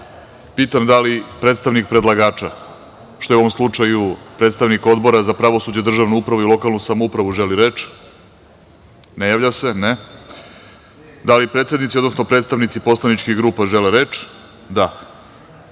da li predstavnik predlagača, što je u ovom slučaju predstavnik Odbora za pravosuđe, državu upravu i lokalnu samoupravu, želi reč? (Ne.)Da li predsednici, odnosno predstavnici poslaničkih grupa žele reč?